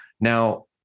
Now